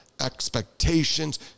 expectations